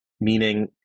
meaning